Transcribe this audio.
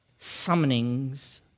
summonings